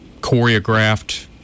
choreographed